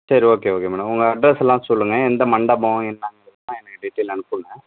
சரி okay okay madam உங்கள் அட்ரசெல்லாம் சொல்லுங்க எந்த மண்டபம் என்னாங்கிறதெல்லாம் எனக்கு டீட்டைலாக அனுப்புங்கள்